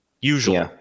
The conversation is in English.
Usually